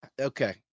Okay